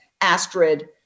Astrid